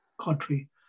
Country